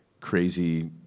crazy